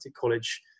college